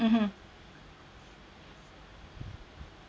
mmhmm